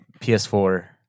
PS4